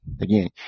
Again